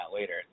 later